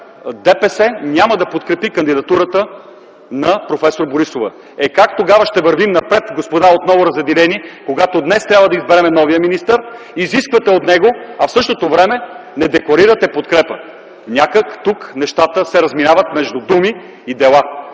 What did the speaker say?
ДПС няма да подкрепи кандидатурата на проф. Борисова. Е, как тогава ще вървим напред, господа, отново разединени, когато днес трябва да изберем новия министър?! Изисквате от него, а в същото време не декларирате подкрепа! Някак тук нещата се разминават между думи и дела.